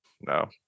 No